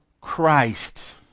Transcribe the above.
Christ